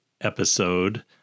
episode